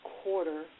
quarter